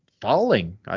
falling